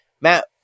matt